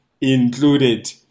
included